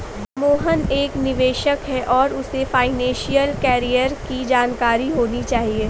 मोहन एक निवेशक है और उसे फाइनेशियल कैरियर की जानकारी होनी चाहिए